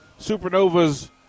Supernovas